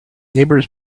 neighbors